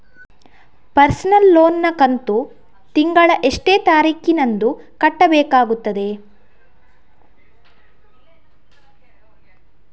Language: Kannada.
ಪರ್ಸನಲ್ ಲೋನ್ ನ ಕಂತು ತಿಂಗಳ ಎಷ್ಟೇ ತಾರೀಕಿನಂದು ಕಟ್ಟಬೇಕಾಗುತ್ತದೆ?